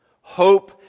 Hope